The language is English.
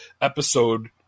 episode